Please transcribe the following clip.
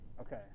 Okay